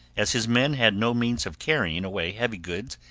as his men had no means of carrying away heavy goods,